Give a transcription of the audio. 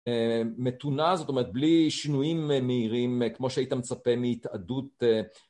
מתונה, זאת אומרת בלי שינויים מהירים כמו שהיית מצפה מהתאדות